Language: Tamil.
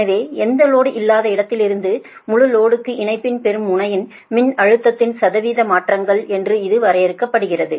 எனவே எந்த லோடும் இல்லாத இடத்திலிருந்து முழு லோடுக்கு இணைப்பின் பெறும் முனையின் மின்னழுத்ததின் சதவீத மாற்றங்கள் என்று இது வரையறுக்கப்படுகிறது